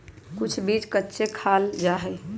कुछ बीज कच्चे खाल जा हई